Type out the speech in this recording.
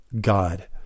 God